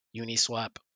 Uniswap